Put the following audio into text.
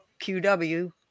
qw